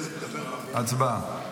הצבעה.